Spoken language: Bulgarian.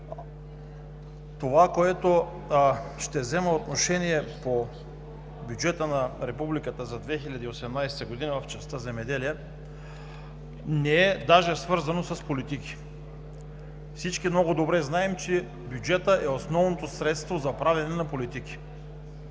Това, по което ще взема отношение – по бюджета на Републиката за 2018 г. в частта „Земеделие“, не е даже свързано с политики. Всички много добре знаем, че бюджетът е основното средство за правене на политики.